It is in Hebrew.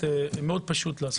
מאוד פשוט.